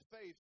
faith